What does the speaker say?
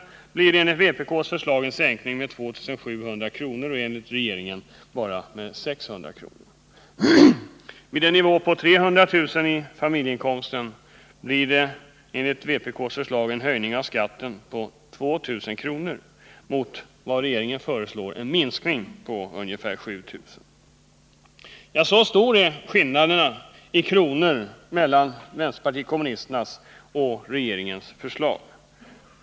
sänks skatten enligt vpk:s förslag med 2 700 kr. men med bara 600 kr. enligt regeringens förslag. Vid en inkomst på 300 000 kr. höjs skatten enligt vpk:s förslag med 2 000 kr. men sänks med 7 000 kr. enligt regeringens alternativ. Så stora är skillnaderna i kronor mellan vpk:s och regeringens förslag.